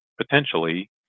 potentially